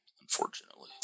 Unfortunately